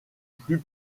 plus